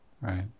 Right